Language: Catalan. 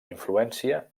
influència